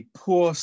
poor